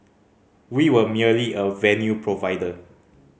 we were merely a venue provider